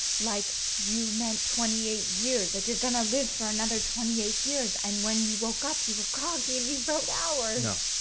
like you meant twenty eight years, like you're gonna live for another twenty eight years, and when you woke up you were groggy and you wrote hours. no.